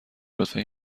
لطفا